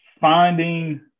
finding